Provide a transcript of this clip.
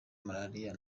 malariya